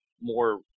more –